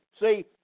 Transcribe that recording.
See